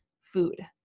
food